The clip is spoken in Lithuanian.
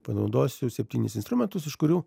panaudosiu septynis instrumentus iš kurių